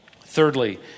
Thirdly